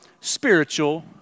spiritual